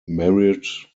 married